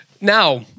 Now